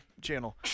channel